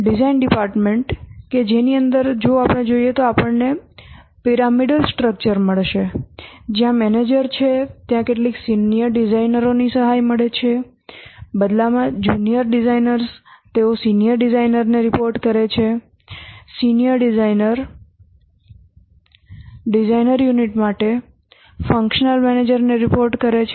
design department કે જેની અંદર જો આપણે જોઈએ તો આપણને પિરામિડલ સ્ટ્રક્ચર મળશે જ્યાં મેનેજર છે ત્યાં કેટલાક સિનિયર ડિઝાઇનરોની સહાય મળે છે બદલામાં જુનિયર ડિઝાઇનર્સ તેઓ સિનિયર ડિઝાઇનરને રિપોર્ટ કરે છે સિનિયર ડિઝાઇનર ડિઝાઈન યુનિટ માટે ફંક્શનલ મેનેજરને રિપોર્ટ કરે છે